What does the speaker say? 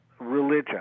religion